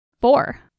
four